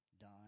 done